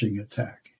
attack